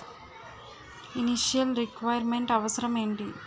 Initial requirement అవసరం ఎంటి?